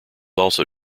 also